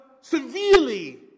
severely